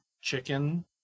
chicken